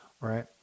Right